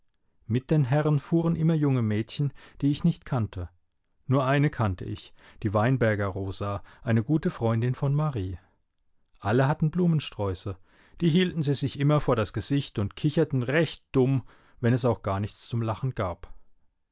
mit den herren fuhren immer junge mädchen die ich nicht kannte nur eine kannte ich die weinberger rosa eine gute freundin von marie alle hatten blumensträuße die hielten sie sich immer vor das gesicht und kicherten recht dumm wenn es auch gar nichts zum lachen gab